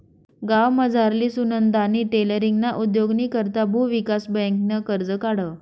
गावमझारली सुनंदानी टेलरींगना उद्योगनी करता भुविकास बँकनं कर्ज काढं